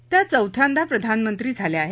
त्या चौथ्यांदा प्रधानमंत्री झाल्या आहेत